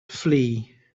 flee